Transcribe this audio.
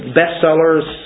bestsellers